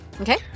Okay